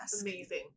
Amazing